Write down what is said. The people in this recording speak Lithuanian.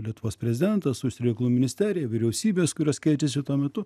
lietuvos prezidentas užsienio reikalų ministerija vyriausybės kurios keičiasi tuo metu